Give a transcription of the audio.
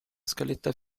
scaletta